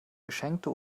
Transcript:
geschenkte